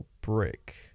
brick